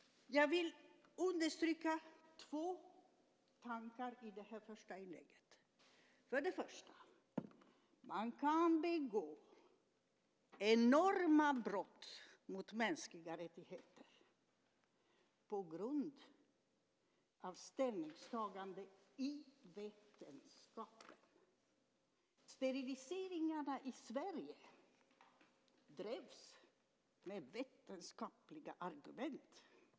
Jag vill understryka två tankar i det här första inlägget. Den första är: Man kan begå enorma brott mot mänskliga rättigheter på grund av ställningstaganden i vetenskapen. Steriliseringarna i Sverige drevs med vetenskapliga argument.